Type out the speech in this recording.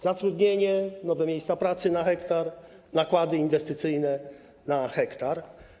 Zatrudnienie, nowe miejsca pracy - na hektar, nakłady inwestycyjne - na hektar.